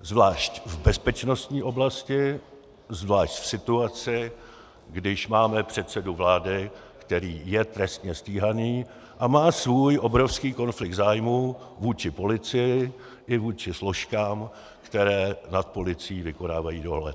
zvlášť v bezpečnostní oblasti, zvlášť v situaci, když máme předsedu vlády, který je trestně stíhaný a má svůj obrovský konflikt zájmů vůči policii i vůči složkám, které nad policií vykonávají dohled.